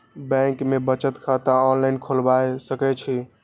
Bank में बचत खाता ऑनलाईन खोलबाए सके छी?